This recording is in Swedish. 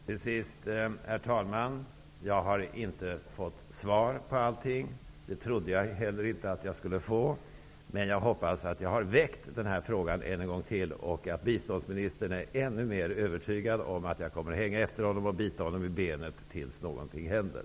Herr talman! Jag har inte fått svar på allt. Det trodde jag inte heller att jag skulle få, men jag hoppas att jag än en gång har väckt den här frågan. Jag hoppas att biståndsministern är ytterligare övertygad om att jag kommer att hänga efter honom och bita honom i benet till dess någonting händer.